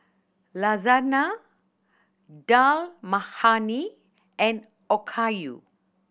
Lasagna Dal Makhani and Okayu